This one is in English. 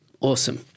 Awesome